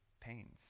pains